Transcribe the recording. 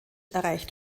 erreicht